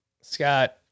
Scott